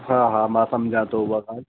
हा हा मां सम्झां थो उहा ॻाल्हि